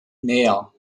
näher